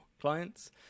clients